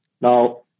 Now